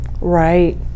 Right